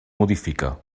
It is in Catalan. modifica